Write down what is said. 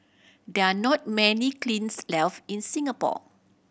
there are not many kilns left in Singapore